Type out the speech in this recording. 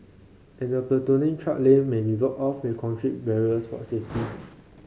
and the platooning truck lane may be blocked off with concrete barriers for safety